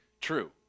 true